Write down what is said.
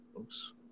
Oops